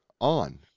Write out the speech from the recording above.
on